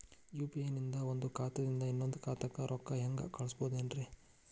UPI ನಿಂದ ಒಂದ್ ಖಾತಾದಿಂದ ಇನ್ನೊಂದು ಖಾತಾಕ್ಕ ರೊಕ್ಕ ಹೆಂಗ್ ಕಳಸ್ಬೋದೇನ್ರಿ?